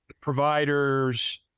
providers